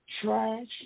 trash